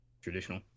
traditional